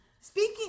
Speaking